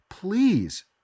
Please